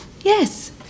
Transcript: Yes